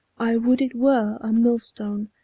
i would it were a millstone!